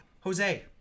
Jose